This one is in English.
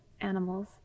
animals